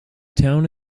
town